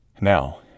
Now